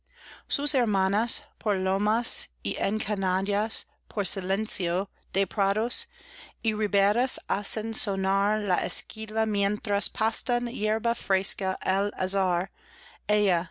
sus hermanas por lomas y encañadas por silencio de prados y riberas hacen sonar la esquila mientras pastan yerba fresca